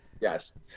Yes